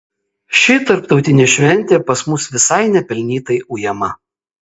ši tarptautinė šventė pas mus visai nepelnytai ujama